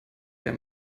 der